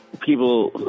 people